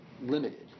limited